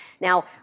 Now